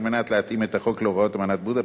על מנת להתאים את החוק להוראות אמנת בודפשט,